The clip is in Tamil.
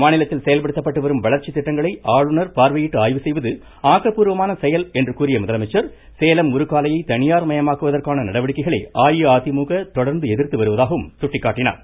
மாநிலத்தில் செயல்படுத்தப்பட்டு வரும் வளர்ச்சித் திட்டங்களை ஆளுநர் பார்வையிட்டு ஆய்வு செய்வது ஆக்கப்பூர்வமான செயல் என்று கூறிய முதலமைச்சர் சேலம் உருக்காலையை தனியார் மயமாக்குவதற்கான நடவடிக்கைகளை அஇஅதிமுக தொடர்ந்து எதிர்த்து வருவதாகவும் சுட்டிக்காட்டினார்